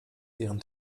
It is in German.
deren